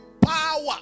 power